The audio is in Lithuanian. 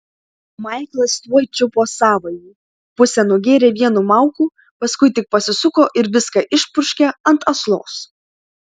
maiklas tuoj čiupo savąjį pusę nugėrė vienu mauku paskui tik pasisuko ir viską išpurškė ant aslos